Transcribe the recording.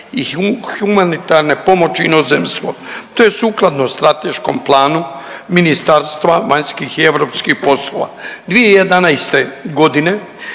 i humanitarne pomoći inozemstvo. To je sukladno strateškom planu Ministarstva vanjskih i europskih poslova. 2011. godine